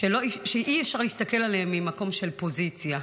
שאי-אפשר להסתכל עליהם ממקום של פוזיציה.